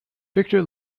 victor